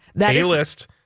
A-list